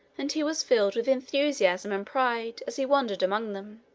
and he was filled with enthusiasm and pride as he wandered among them.